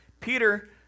Peter